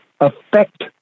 affect